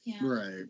Right